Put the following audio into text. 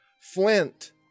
Flint